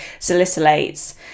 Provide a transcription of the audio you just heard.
salicylates